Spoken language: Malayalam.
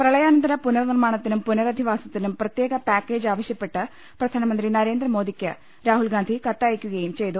പ്രളയാനന്തര പുനർ നിർമ്മാണത്തിനും പുനരധിവാസത്തിനും പ്രത്യേക പാക്കേജ് ആവശ്യപ്പെട്ട് പ്രധാനമന്ത്രി നരേന്ദ്രമോദിക്ക് രാഹുൽ ഗാന്ധി കത്തയക്കുകയും ചെയ്തു